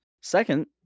Second